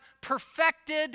perfected